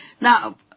Now